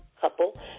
couple